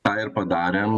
tą ir padarėm